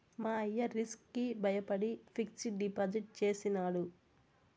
మా అయ్య రిస్క్ కి బయపడి ఫిక్సిడ్ డిపాజిట్ చేసినాడు